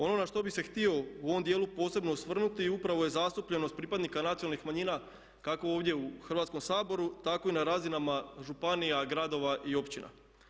Ono na što bih se htio u ovom dijelu posebno osvrnuti upravo je zastupljenost pripadnika nacionalnih manjina kako ovdje u Hrvatskom saboru, tako i na razinama županija, gradova i općina.